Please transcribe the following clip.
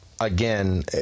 again